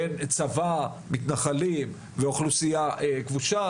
מתנחלים ואוכלוסיה כבושה.